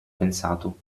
pensato